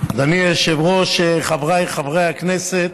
אדוני היושב-ראש, חבריי חברי הכנסת,